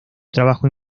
trabajo